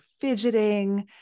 fidgeting